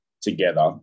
together